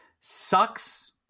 sucks